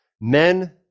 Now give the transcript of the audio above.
men